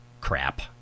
crap